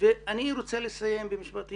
אני רוצה לסיים במשפט,